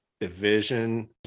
division